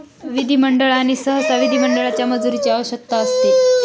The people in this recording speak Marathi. विधिमंडळ आणि सहसा विधिमंडळाच्या मंजुरीची आवश्यकता असते